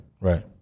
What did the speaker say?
Right